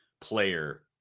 player